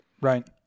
right